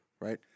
right